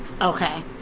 okay